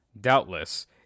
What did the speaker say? Doubtless